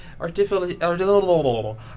artificial